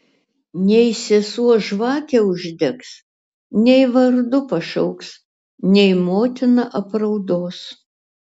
nei sesuo žvakę uždegs nei vardu pašauks nei motina apraudos